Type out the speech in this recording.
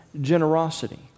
generosity